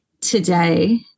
today